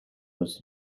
was